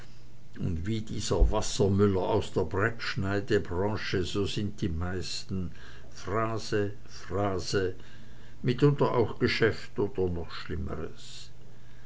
und wie dieser wassermüller aus der brettschneidebranche so sind die meisten phrase phrase mitunter auch geschäft oder noch schlimmeres